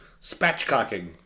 spatchcocking